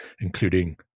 including